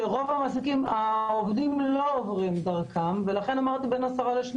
שרוב העובדים לא עוברים דרכם ולכן אמרתי בין 10 ל-12.